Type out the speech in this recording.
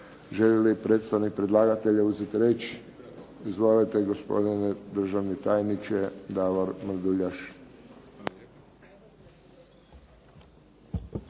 Želi li predstavnik predlagatelja uzeti riječ? Izvolite gospodine državni tajniče. Davor Mrduljaš.